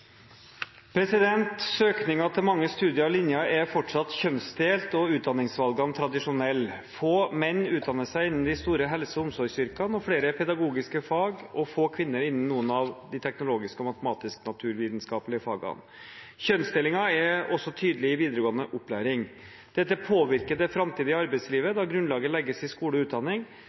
mange studier og linjer er fortsatt kjønnsdelte, og utdanningsvalgene tradisjonelle. Få menn utdanner seg innen de store helse- og omsorgsyrkene og flere pedagogiske fag og få kvinner innen noen av de teknologiske og matematisk-naturvitenskapelige fagene. Kjønnsdelingen er også tydelig i videregående opplæring. Dette påvirker det fremtidige arbeidslivet da grunnlaget legges i skole og utdanning.